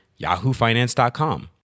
yahoofinance.com